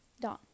Don